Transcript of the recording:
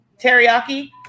teriyaki